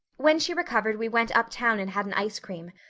when she recovered we went uptown and had an ice cream.